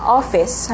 office